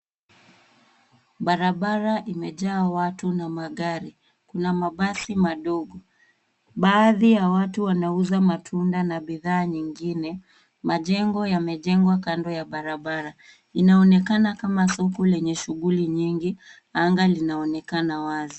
Barabara imejaa watu na magari. Kuna mabasi madogo. Baadhi ya watu wanauza matunda na bidhaa nyingine. Majengo yamejengwa kando ya barabara. Inaonekana kama soko lenye shughuli nyingi. Anga linaonekana wazi.